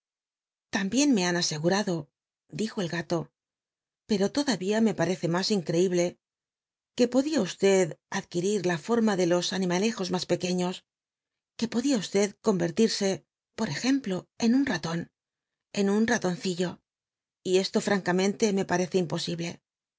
tambicn me han a egurado dijo el alo pero lodada me parcto más in rciblc quo pod ia v adqnirir la forma de los animalejos mas pequeños que podía convertirse por tjemplo en un ralon en un raloncillo y esto francamente me parece imposible